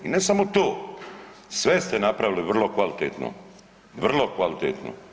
I ne samo to, sve ste napravili vrlo kvalitetno, vrlo kvalitetno.